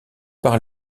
par